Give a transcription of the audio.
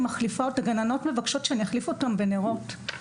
הגננות מבקשות ממני להחליף אותן בנרות,